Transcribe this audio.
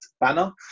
banner